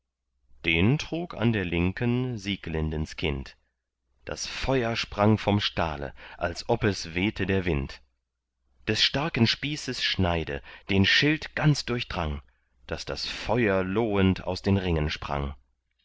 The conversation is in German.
den trug an der linken sieglindens kind das feuer sprang vom stahle als ob es wehte der wind des starken spießes schneide den schild ganz durchdrang daß das feuer lohend aus den ringen sprang